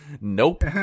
nope